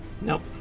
Nope